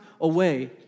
away